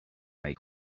make